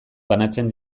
banatzen